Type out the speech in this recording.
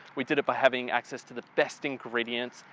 we did it by having access to the best ingredients,